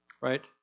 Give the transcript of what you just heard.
Right